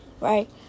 Right